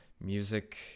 music